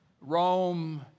Rome